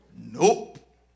Nope